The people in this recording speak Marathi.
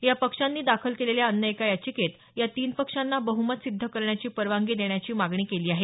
या पक्षांनी दाखल केलेल्या अन्य एका यचिकेत या तीन पक्षांना बहुमत सिद्ध करण्याची परवानगी देण्याची मागणी केली आहे